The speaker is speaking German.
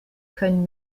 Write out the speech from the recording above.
können